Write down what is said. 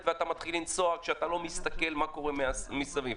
ואתה מתחיל לנסוע בלי להסתכל מה קורה מסביב.